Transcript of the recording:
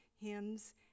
hymns